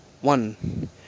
one